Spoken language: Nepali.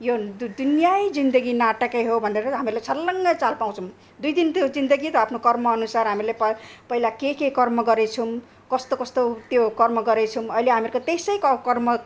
यो दुनियै जिन्दगी नाटकै हो भनेर हामीले छर्लङ्गै चाल पाउँछौँ दुई दिनको जिन्दगी त हो आफ्नो कर्मअनुसार हामीले प पहिला के के कर्म गरेछौँ कस्तो कस्तो त्यो कर्म गरेछौँ अहिले हामीहरूको त्यसै कर्म